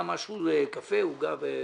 היה קפה ועוגה.